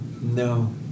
No